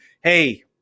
hey